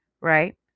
Right